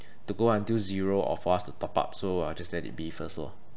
to go until zero or for us to top up so I'll just let it be first lor